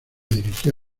dirigió